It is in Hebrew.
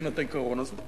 הבינה את העיקרון הזה.